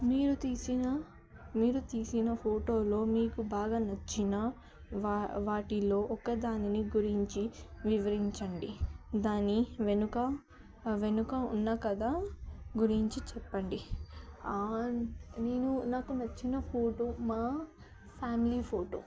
మీరు తీసిన మీరు తీసిన ఫోటోలో మీకు బాగా నచ్చిన వా వాటిలో ఒక దానిని గురించి వివరించండి దాని వెనుక వెనుక ఉన్న కథ గురించి చెప్పండి నేను నాకు నచ్చిన ఫోటో మా ఫ్యామిలీ ఫోటో